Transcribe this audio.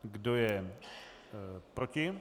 Kdo je proti?